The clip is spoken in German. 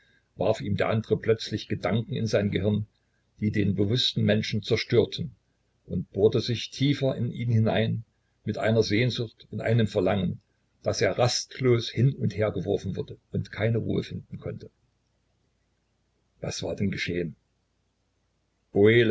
warf ihm der andre plötzlich gedanken in sein gehirn die den bewußten menschen zerstörten und bohrte sich tiefer in ihn hinein mit einer sehnsucht und einem verlangen daß er rastlos hin und hergeworfen wurde und keine ruhe finden konnte was war denn geschehen